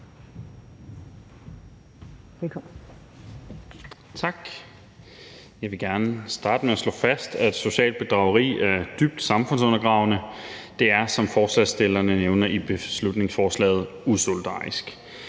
(SF): Tak. Jeg vil gerne starte med at slå fast, at socialt bedrageri er dybt samfundsundergravende. Det er, som forslagsstillerne nævner i beslutningsforslaget, usolidarisk.